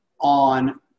on